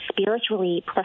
spiritually